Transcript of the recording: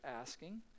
asking